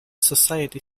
society